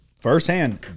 firsthand